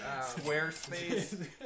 Squarespace